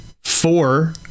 four